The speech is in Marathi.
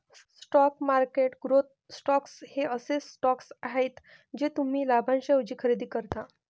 स्टॉक मार्केट ग्रोथ स्टॉक्स हे असे स्टॉक्स आहेत जे तुम्ही लाभांशाऐवजी खरेदी करता